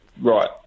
right